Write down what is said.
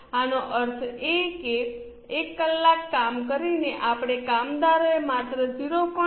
આનો અર્થ એ કે એક કલાક કામ કરીને આપણા કામદારોએ માત્ર 0